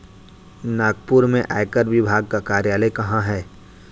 नागपुर में आयकर विभाग का कार्यालय कहाँ है?